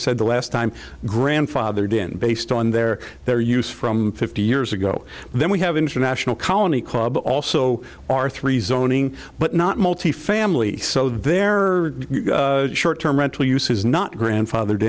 said the last time grandfathered in based on their their use from fifty years ago then we have international colony club but also our three zoning but not multifamily so there are short term rental uses not grandfathered